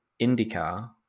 IndyCar